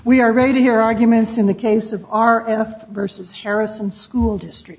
we are ready to hear arguments in the case of our earth versus harrison school district